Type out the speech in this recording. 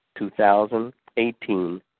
2018